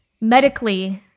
medically